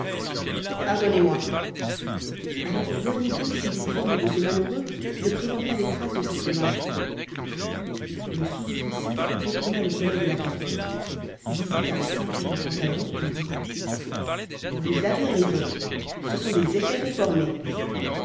pardonnez-moi alors voyez donc si l'uniforme de ce malheureux ne présente pas des traces de cette remarque le sous-officier retourna le collet de la capote visita la ceinture du pantalon et dit vous avez raison ce sont des effets réformés